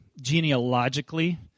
genealogically